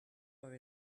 are